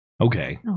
Okay